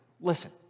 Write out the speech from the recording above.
listen